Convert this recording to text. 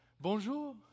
bonjour